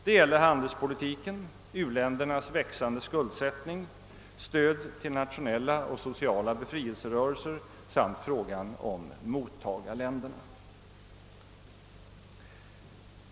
Det gäller handelspolitiken, u-ländernas växande skuldsättning, stöd till nationella och sociala befrielserörelser samt frågan om mottagarländerna.